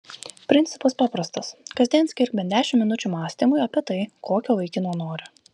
principas paprastas kasdien skirk bent dešimt minučių mąstymui apie tai kokio vaikino nori